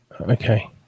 Okay